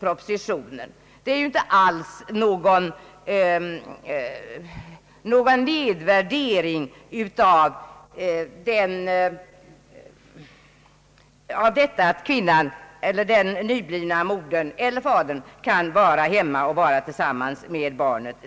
Dessa innebar inte alls någon nedvärdering av att den nyblivna modern här får möjlighet att stanna hemma och vara tillsammans med barnet.